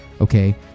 okay